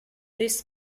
this